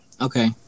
Okay